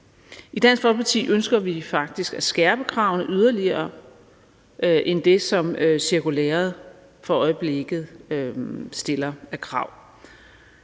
I Dansk Folkeparti ønsker vi faktisk at skærpe kravene yderligere end det, som cirkulæret for øjeblikket stiller af krav.